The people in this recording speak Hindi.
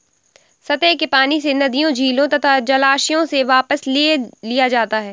सतह के पानी से नदियों झीलों या जलाशयों से वापस ले लिया जाता है